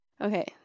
Okay